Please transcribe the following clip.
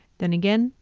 then again,